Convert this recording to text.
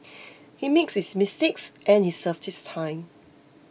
he made his mistakes and he served his time